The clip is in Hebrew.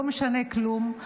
לא משנה כלום,